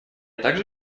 также